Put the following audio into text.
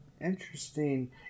Interesting